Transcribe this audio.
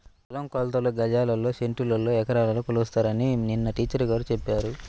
పొలం కొలతలు గజాల్లో, సెంటుల్లో, ఎకరాల్లో కొలుస్తారని నిన్న టీచర్ గారు చెప్పారు